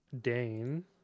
Dane